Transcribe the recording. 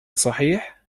صحيح